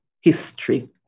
history